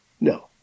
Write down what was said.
no